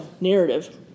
narrative